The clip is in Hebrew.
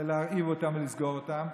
להרעיב אותם ולסגור אותם.